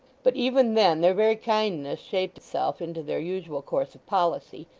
but even then, their very kindness shaped itself into their usual course of policy,